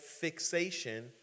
fixation